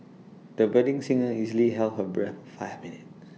the budding singer easily held her breath five minutes